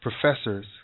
professors